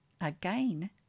again